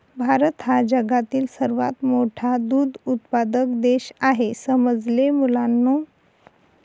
भारत हा जगातील सर्वात मोठा दूध उत्पादक देश आहे समजले मुलांनो